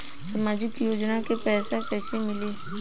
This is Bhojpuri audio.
सामाजिक योजना के पैसा कइसे मिली?